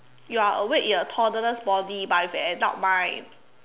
you are awake in a toddler's body but with an adult mind